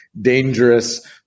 dangerous